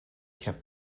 kept